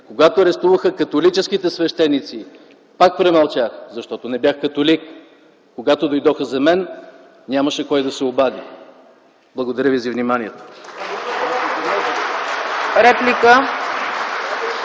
Когато арестуваха католическите свещеници, пак премълчах, защото не бях католик. Когато дойдоха за мен – нямаше кой да се обади”. Благодаря ви за вниманието.